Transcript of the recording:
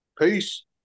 Peace